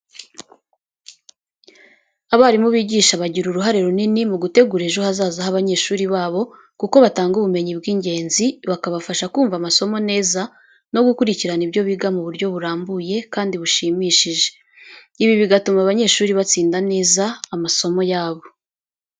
Abarimu bigisha bagira uruhare runini mu gutegura ejo hazaza h'abanyeshuri babo kuko batanga ubumenyi bw'ingenzi, bakabafasha kumva amasomo neza no gukurikirana ibyo biga mu buryo burambuye kandi bushimishije. Ibi bigatuma abanyeshuri batsinda neza amasomo yabo.